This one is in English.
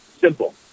simple